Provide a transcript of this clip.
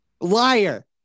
liar